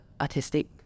artistic